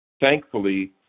Thankfully